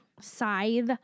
Scythe